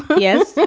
yes,